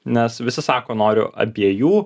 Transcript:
nes visi sako noriu abiejų